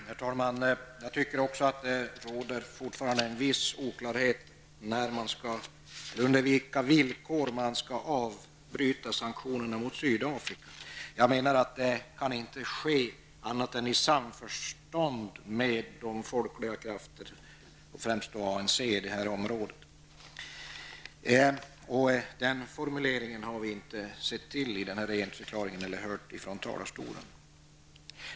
Herr talman! Jag tycker också att det fortfarande råder en viss oklarhet när det gäller under vilka villkor man skall avbryta sanktionerna mot Sydafrika. Jag menar att det inte kan ske annat än i samförstånd med de folkliga krafterna -- främst då ANC -- i området. Den formuleringen har vi inte sett till i regeringsförklaringen eller hört från talarstolen.